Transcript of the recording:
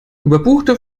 überbuchte